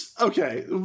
Okay